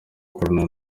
gukorana